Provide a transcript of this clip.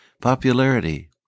popularity